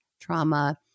trauma